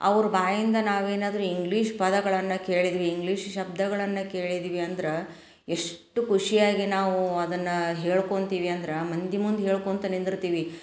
ಅವ್ರ ಬಾಯಿಂದ ನಾವು ಏನಾದರೂ ಇಂಗ್ಲೀಷ್ ಪದಗಳನ್ನು ಕೇಳಿದ್ವಿ ಇಂಗ್ಲೀಷ್ ಶಬ್ದಗಳನ್ನು ಕೇಳಿದ್ವಿ ಅಂದ್ರೆ ಎಷ್ಟು ಖುಷಿಯಾಗಿ ನಾವು ಅದನ್ನು ಹೇಳ್ಕೊತೀವಿ ಅಂದ್ರೆ ಮಂದಿ ಮುಂದೆ ಹೇಳ್ಕೊತ ನಿಂದಿರ್ತೀವಿ